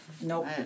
Nope